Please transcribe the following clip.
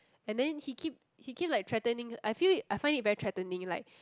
and then he keep he keep like threatening I feel I find it very threatening like